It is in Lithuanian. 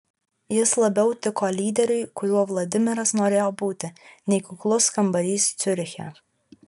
jis labiau tiko lyderiui kuriuo vladimiras norėjo būti nei kuklus kambarys ciuriche